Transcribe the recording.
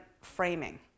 framing